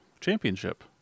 championship